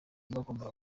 bagombaga